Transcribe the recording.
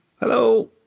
Hello